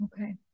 Okay